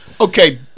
Okay